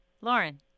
Lauren